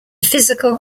physical